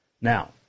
Now